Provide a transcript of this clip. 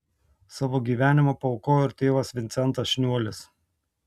savo gyvenimą paaukojo ir tėvas vincentas šniuolis